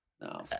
No